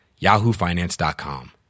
yahoofinance.com